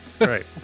right